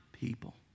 people